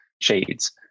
shades